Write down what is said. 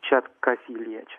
čia kas liečia